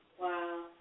Wow